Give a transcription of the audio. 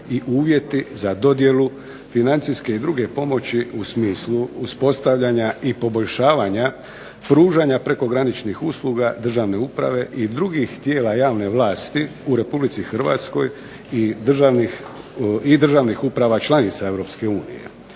i uvjeti za dodjelu financijske i druge pomoći u smislu uspostavljanja i poboljšavanja pružanja prekograničnih usluga državne uprave i drugih tijela javne vlasti u Republici Hrvatskoj i državnih uprava članica